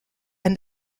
and